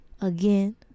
again